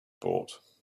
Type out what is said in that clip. bought